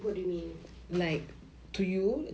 what do you mean